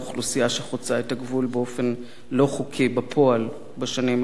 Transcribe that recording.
שחוצה את הגבול באופן לא חוקי בפועל בשנים האחרונות,